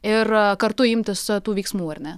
ir kartu imtis tų veiksmų ar ne